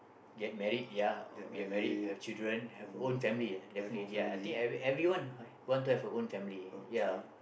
get married ya or get married have children have own family eh definitely ya I think everyone everyone want to have a own family eh ya